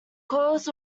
coils